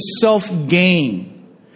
self-gain